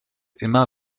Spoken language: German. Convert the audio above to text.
immer